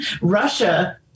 Russia